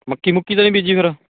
ਮੱਕੀ ਮੁੱਕੀ ਤਾਂ ਨਹੀਂ ਬੀਜੀ ਫਿਰ